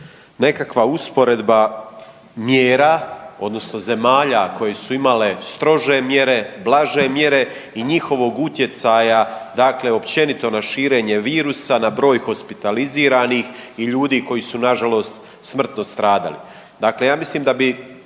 nekakva usporedba mjera odnosno zemalja koje su imale strože mjere, blaže mjere i njihovog utjecaja dakle općenito na širenje virusa, na broj hospitaliziranih i ljudi koji su nažalost smrtno stradali. Dakle, ja mislim da bi